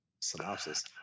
synopsis